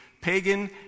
pagan